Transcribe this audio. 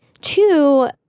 Two